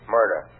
Murder